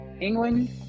England